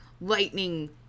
lightning